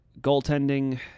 goaltending